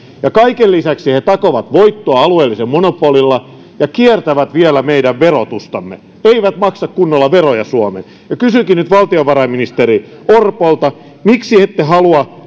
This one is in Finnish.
kaiken lisäksi kun he takovat voittoa alueellisella monopolilla he kiertävät vielä meidän verotustamme eivät maksa kunnolla veroja suomeen kysynkin nyt valtiovarainministeri orpolta miksi ette halua